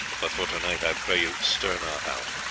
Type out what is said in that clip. but for to-night, i pray you stir not out.